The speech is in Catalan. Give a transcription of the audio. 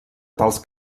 tals